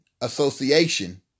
Association